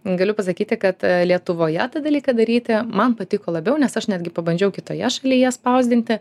galiu pasakyti kad lietuvoje tą dalyką daryti man patiko labiau nes aš netgi pabandžiau kitoje šalyje spausdinti